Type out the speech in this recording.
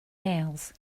males